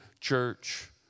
Church